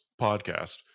podcast